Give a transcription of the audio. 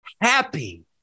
happy